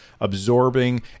absorbing